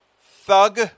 Thug